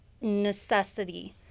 necessity